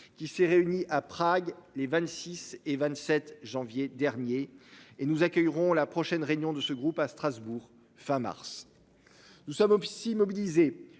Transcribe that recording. qui s'est réuni à Prague, les 26 et 27 janvier dernier et nous accueillerons la prochaine réunion de ce groupe à Strasbourg fin mars. Nous sommes OPCI mobilisées